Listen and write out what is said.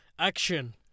Action